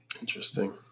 Interesting